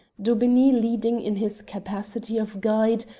daubeney leading in his capacity of guide,